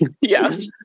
Yes